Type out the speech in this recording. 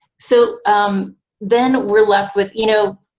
so then we're left with. you know,